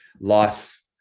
life